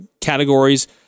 categories